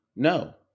No